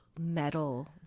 metal